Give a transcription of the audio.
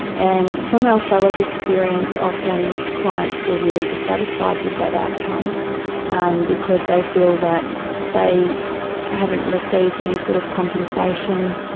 and from alfela's experience, often clients feel really dissatisfied with that outcome um because they feel that they haven't received any sort of compensation,